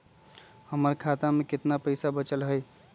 हमर खाता में केतना पैसा बचल हई?